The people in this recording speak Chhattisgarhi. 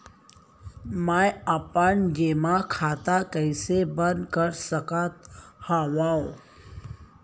मै अपन जेमा खाता कइसे बन्द कर सकत हओं?